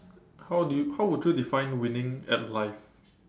how do you how would you define winning at life